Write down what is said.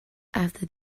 after